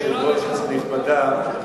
היושב-ראש, כנסת נכבדה,